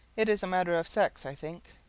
it is a matter of sex, i think.